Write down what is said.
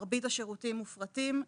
מרבית השירותים מופרטים,